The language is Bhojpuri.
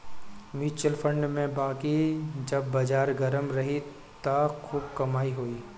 म्यूच्यूअल फंड में बाकी जब बाजार गरम रही त खूब कमाई होई